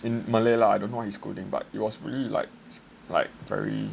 in malay lah I don't know what he's scolding but it was really like like very